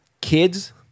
kids